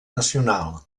nacional